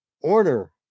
order